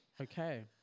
Okay